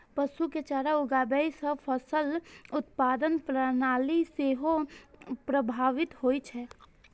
पशु के चारा उगाबै सं फसल उत्पादन प्रणाली सेहो प्रभावित होइ छै